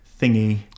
Thingy